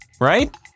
Right